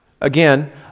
Again